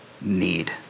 need